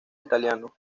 italiano